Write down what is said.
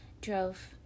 drove